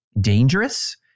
dangerous